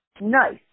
nice